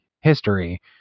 history